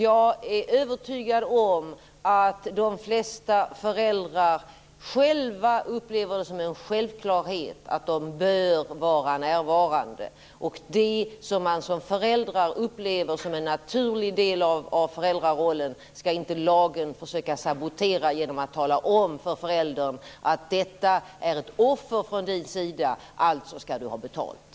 Jag är övertygad om att de flesta föräldrar upplever det som en självklarhet att de bör vara närvarande. Det som föräldrarna upplever som en naturlig del i föräldrarollen skall man inte i lagen försöka sabotera genom att tala om för föräldern att detta är ett offer från din sida, alltså skall du ha betalt.